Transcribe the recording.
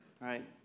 Right